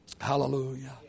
Hallelujah